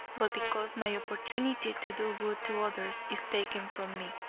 but because my opportunity to do good to others is taken from me.